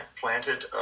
planted